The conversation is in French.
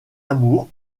amour